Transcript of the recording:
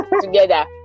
together